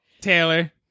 Taylor